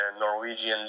Norwegian